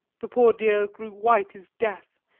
the poor dear grew white as death,